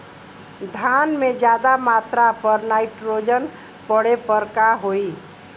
धान में ज्यादा मात्रा पर नाइट्रोजन पड़े पर का होई?